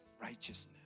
righteousness